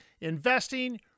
investing